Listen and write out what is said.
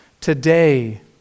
Today